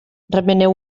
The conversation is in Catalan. remeneu